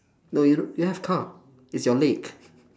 no you you have car it's your leg